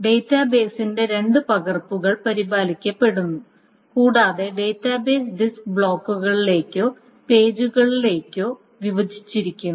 ഡാറ്റാബേസിന്റെ രണ്ട് പകർപ്പുകൾ പരിപാലിക്കപ്പെടുന്നു കൂടാതെ ഡാറ്റാബേസ് ഡിസ്ക് ബ്ലോക്കുകളിലേക്കോ പേജുകളിലേക്കോ വിഭജിച്ചിരിക്കുന്നു